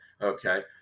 okay